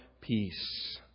peace